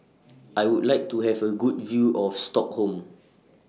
I Would like to Have A Good View of Stockholm